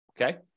Okay